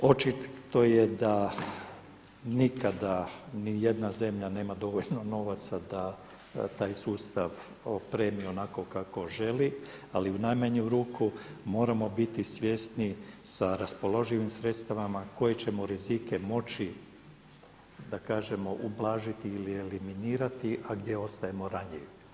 Očito je da nikada ni jedna zemlja nema dovoljno novaca da taj sustav opremi onako kako želi ali u najmanju ruku moramo biti svjesni sa raspoloživim sredstvima koje ćemo rizike moći da kažemo ublažiti ili eliminirati a gdje ostajemo ranjivi.